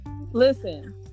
Listen